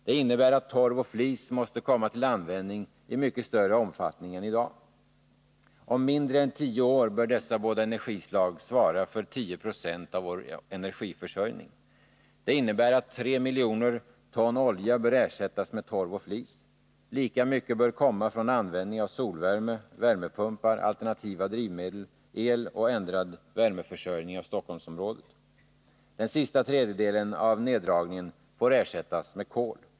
Det innebär att torv och flis måste komma till användning i mycket större omfattning än i dag. Om mindre än tio år bör dessa båda energislag svara för 1096 av vår energiförsörjning. Det innebär att 3 miljoner ton olja bör ersättas med torv och flis. Lika mycket bör komma från användning av solvärme, värmepumpar, alternativa drivmedel, el och ändrad värmeförsörjning av Stockholmsområdet. Den sista tredejedelen av neddragningen får ersättas med kol.